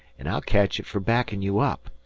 an' i'll catch it fer backin' you up.